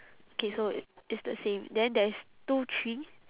okay so it's the same then there is two tree